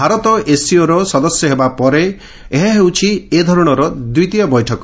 ଭାରତ ଏସ୍ସିଓର ସଦସ୍ୟ ହେବା ପରେ ଏହା ଏ ଧରଣର ଦ୍ୱିତୀୟ ବୈଠକ